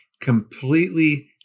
completely